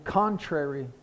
contrary